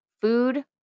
food